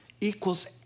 equals